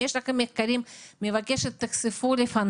אם יש לכם מחקרים, אני מבקשת שתחשפו אותם לפנינו.